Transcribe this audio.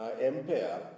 Empire